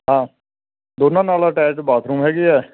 ਹਾਂ ਦੋਨਾਂ ਨਾਲ ਅਟੈਚ ਬਾਥਰੂਮ ਹੈਗੇ ਆ